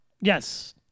Yes